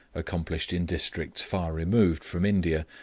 accomplished in districts far removed from india,